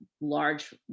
large